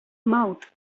mouth